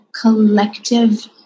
collective